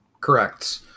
Correct